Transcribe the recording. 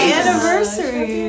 anniversary